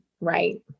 Right